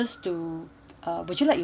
uh would you like utensils